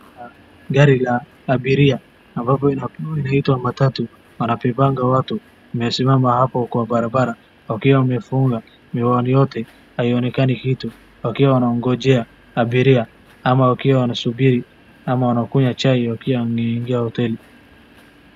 Gari ya abiria ambapo inaitwa matatu inabebanga watu imesimama hapo kwa barabara wakiwa wamefunga miwani yote haionekani kitu wakiwa wanangojea abiria ama wakiwa wanasubiri ama wanakunywa chai wakiwa wanaingia hoteli.